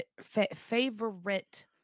favorite